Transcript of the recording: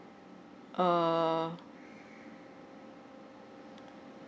err